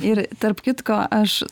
ir tarp kitko aš